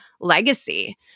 legacy